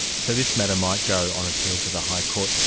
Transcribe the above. so this matter might go on appeal to the high court.